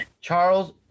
Charles